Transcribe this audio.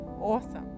Awesome